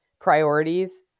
priorities